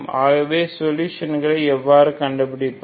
ஆகவே சொலுஷன் ஐ எவ்வாறு கண்டுபிடிப்பது